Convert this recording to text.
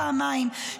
פעמיים,